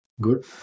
Good